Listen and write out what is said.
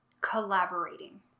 collaborating